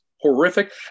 horrific